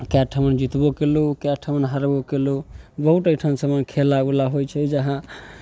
कए ठमन जितबो कयलहुँ कए ठमन हारबो कयलहुँ बहुत एहिठमन खेला उला होइ छै जहाँ